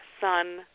son